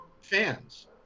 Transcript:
fans